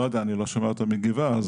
אני לא שומע אותה מגיבה.